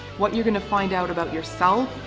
what you're going to find out about yourself,